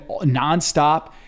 nonstop